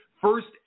first